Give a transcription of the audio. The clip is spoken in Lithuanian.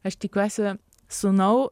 aš tikiuosi sūnau